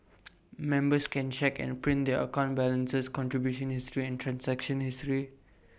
members can check and print their account balances contribution history and transaction history